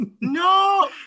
No